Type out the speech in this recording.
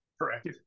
correct